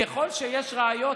ככל שיש ראיות,